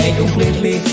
completely